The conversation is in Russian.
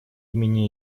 имени